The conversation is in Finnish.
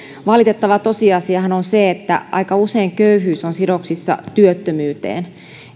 valitettava tosiasiahan on se että aika usein köyhyys on sidoksissa työttömyyteen